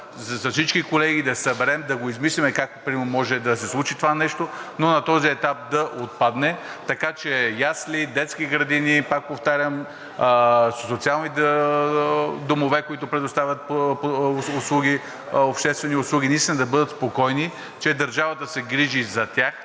етап всички колеги да се съберем, да го измислим как примерно може да се случи това нещо. Но на този етап да отпадне, така че ясли, детски градини, пак повтарям, социални домове, които предоставят обществени услуги наистина да бъдат спокойни, че държавата се грижи за тях,